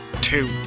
two